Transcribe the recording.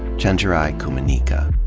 chenjerai kumanyika.